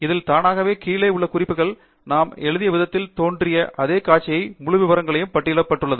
இதில் தானாக கீழே உள்ள குறிப்புகளை நாம் எழுதிய விதத்தில் தோன்றிய அதே காட்சியில் முழு விபரங்களையும் பட்டியலிடப்பட்டுள்ளது